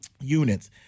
units